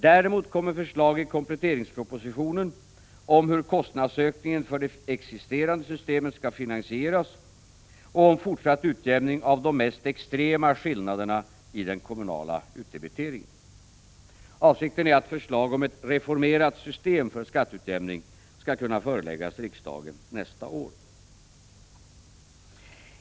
Däremot kommer förslag i kompletteringspropositionen om hur kostnadsökningen för det existerande systemet skall finansieras och om fortsatt utjämning av de mest extrema skillnaderna i den kommunala utdebiteringen. Avsikten är att förslag om ett reformerat system för skatteutjämning skall kunna föreläggas riksdagen nästa år.